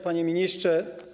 Panie Ministrze!